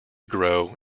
grow